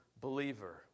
believer